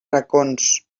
racons